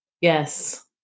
Yes